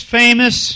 famous